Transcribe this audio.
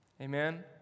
Amen